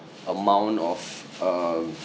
amount of um